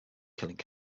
killing